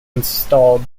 installed